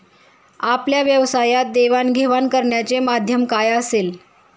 आपल्या व्यवसायात देवाणघेवाण करण्याचे माध्यम काय असेल?